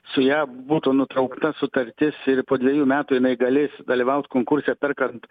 su ja būtų nutraukta sutartis ir po dviejų metų jinai galės dalyvaut konkurse perkant